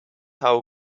how